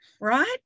right